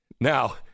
Now